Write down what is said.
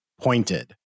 pointed